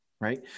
right